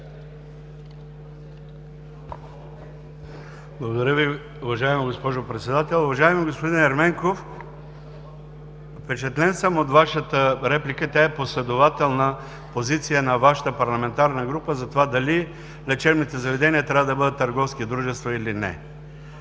Благодаря Ви, уважаема госпожо Председател. Уважаеми господин Ерменков, впечатлен съм от Вашата реплика. Тя е последователна позиция на Вашата парламентарна група за това дали лечебните заведения трябва да бъдат търговски дружества или не.